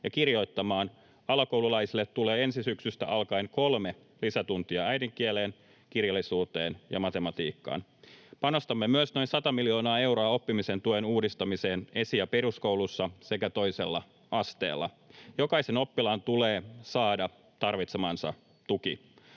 ja kirjoittamaan, alakoululaisille tulee ensi syksystä alkaen kolme lisätuntia äidinkieleen, kirjallisuuteen ja matematiikkaan. Panostamme myös noin 100 miljoonaa euroa oppimisen tuen uudistamiseen esi- ja peruskoulussa sekä toisella asteella. Jokaisen oppilaan tulee saada tarvitsemansa tuki.